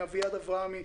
אביעד אברהמי,